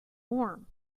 warm